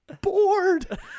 bored